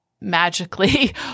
magically